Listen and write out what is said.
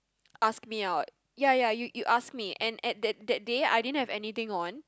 ask me out ya ya you you ask me and at that that day I didn't have anything on